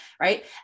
Right